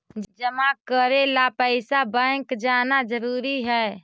जमा करे ला पैसा बैंक जाना जरूरी है?